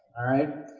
alright?